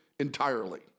entirely